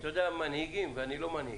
אתה יודע, מנהיגים, ואני לא מנהיג,